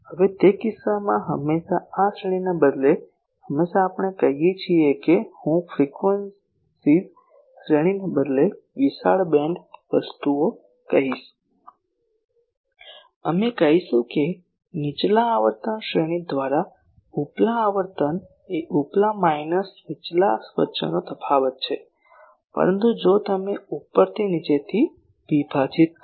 હવે તે કિસ્સામાં હંમેશાં આ શ્રેણીને બદલે હંમેશાં આપણે કહીએ છીએ કે હું ફ્રીક્વન્સીઝની શ્રેણીને બદલે વિશાળ બેન્ડ વસ્તુઓ કહીશ અમે કહીશું કે નીચલા આવર્તન શ્રેણી દ્વારા ઉપલા આવર્તન એ ઉપલા માઇનસ નીચલા વચ્ચેનો તફાવત છે પરંતુ જો તમે ઉપરથી નીચેથી વિભાજીત કરો